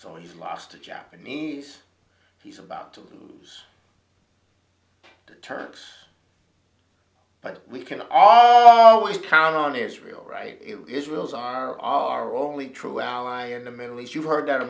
so he's lost a japanese he's about to lose the turks but we cannot always count on israel right israel's are our only true ally in the middle east you've heard that a